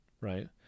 right